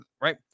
right